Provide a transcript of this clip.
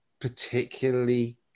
particularly